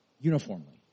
uniformly